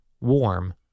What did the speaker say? warm